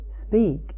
speak